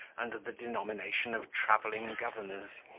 under the denomination of travelling governors.